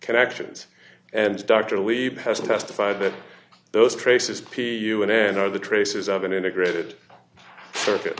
connections and dr levy has testified that those traces p u n n are the traces of an integrated circuit